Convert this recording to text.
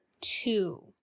two